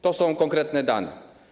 To są konkretne dane.